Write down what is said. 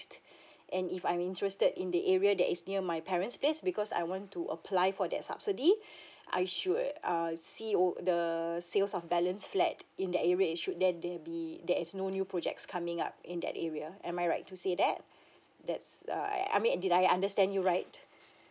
and if I'm interested in the area that is near my parent's place because I want to apply for that subsidy I should err see old the sales of balance flat in that area it should then there'll be that is no new projects coming up in that area am I right to say that that's err I I mean did I understand you right